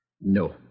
No